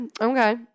Okay